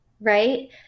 Right